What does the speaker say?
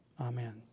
Amen